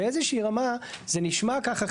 באיזה שהיא רמה זה נשמע ככה,